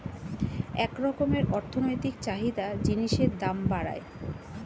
এক রকমের অর্থনৈতিক চাহিদা জিনিসের দাম বাড়ায়